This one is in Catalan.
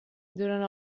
durant